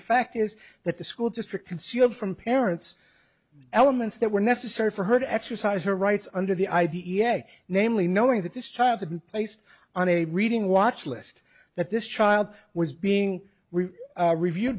the fact is that the school district concealed from parents the elements that were necessary for her to exercise her rights under the i d e a namely knowing that this child had been placed on a reading watch list that this child was being reviewed